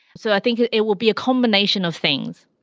so i think it will be a combination of things.